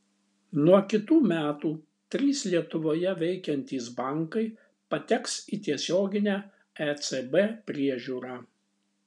nuo kitų metų trys lietuvoje veikiantys bankai pateks į tiesioginę ecb priežiūrą